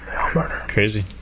Crazy